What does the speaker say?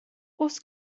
oes